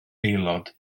aelod